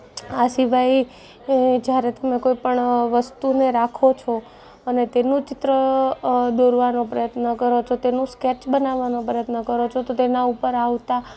આ સિવાય જ્યારે તમે કોઈ પણ વસ્તુને રાખો છો અને તેનું ચિત્ર દોરવાનો પ્રયત્ન કરો છો તેનું સ્કેચ બનાવવાનો પ્રયત્ન કરો છો તો તેના ઉપર આવતા